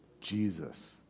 Jesus